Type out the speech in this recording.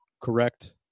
correct